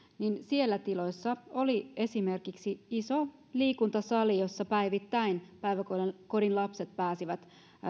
tiloissa oli esimerkiksi iso liikuntasali jossa päivittäin päiväkodin lapset pääsivät